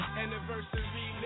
anniversary